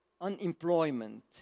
Unemployment